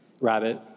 rabbit